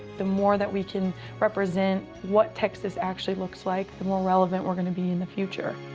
the more that we can represent what texas actually looks like, the more relevant we're going to be in the future.